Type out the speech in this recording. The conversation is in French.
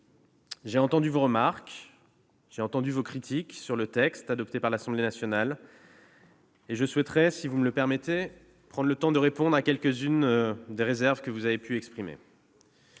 j'ai entendu vos remarques et vos critiques sur le texte adopté par l'Assemblée nationale. Je souhaiterais prendre le temps de répondre à quelques-unes des réserves que vous avez pu exprimer.